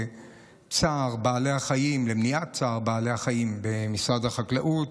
צער בעלי החיים ומניעת צער בעלי החיים במשרד החקלאות,